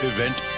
Event